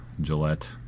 Gillette